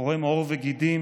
קורם עור וגידים,